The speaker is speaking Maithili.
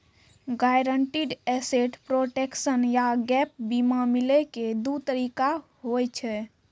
गायरंटीड एसेट प्रोटेक्शन या गैप बीमा मिलै के दु तरीका होय छै